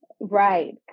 Right